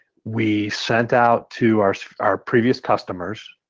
we sent out to our our previous customers,